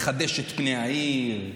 לחדש את פני העיר,